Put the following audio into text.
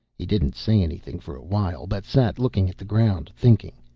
he didn't say anything for a while, but sat looking at the ground, thinking.